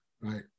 right